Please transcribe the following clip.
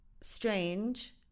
strange